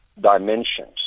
dimensions